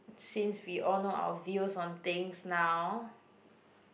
since we all know our views on things now